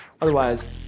Otherwise